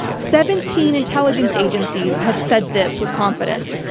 seventeen intelligence agencies have said this with confidence.